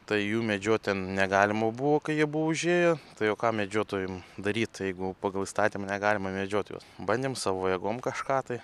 tai jų medžiot ten negalima buvo kai jie buvo užėję tai o ką medžiotojam daryt jeigu pagal įstatymą negalima medžiot juos bandėm savo jėgom kažką tai